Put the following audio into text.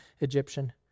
Egyptian